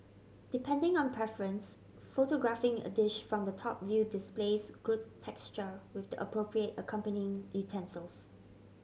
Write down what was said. depending on preference photographing a dish from the top view displays good texture with the appropriate accompanying utensils